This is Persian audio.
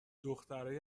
دخترای